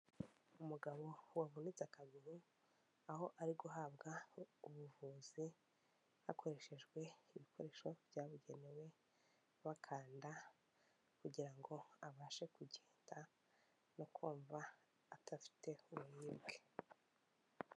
Umugabo wavunitse akaguru aho ari guhabwa ubuvuzi hakoreshejwe ibikoresho byabugenewe, bakanda kugira ngo abashe kugenda no kumva adafite uburibwe.